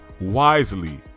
wisely